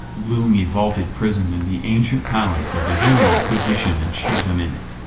gloomy vaulted prison in the ancient palace of the holy inquisition and shut him in it.